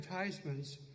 advertisements